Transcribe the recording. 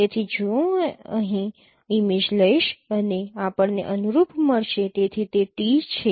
તેથી જો હું અહીં ઈમેજ લઈશ અને આપણને અનુરૂપ મળશે તેથી તે t છે